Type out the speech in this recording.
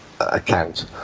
account